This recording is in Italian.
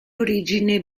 origine